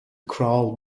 crawl